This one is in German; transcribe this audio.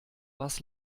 was